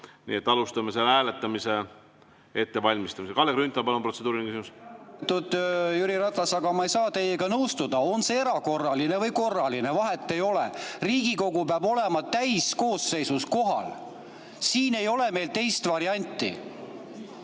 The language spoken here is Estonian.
Nii et alustame selle hääletamise ettevalmistamist. Kalle Grünthal, palun! Protseduuriline küsimus. Lugupeetud Jüri Ratas, aga ma ei saa teiega nõustuda. On see erakorraline või korraline, vahet ei ole, Riigikogu peab olema täiskoosseisus kohal, siin ei ole meil teist varianti.